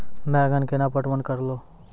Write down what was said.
बैंगन केना पटवन करऽ लो?